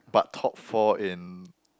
but top four in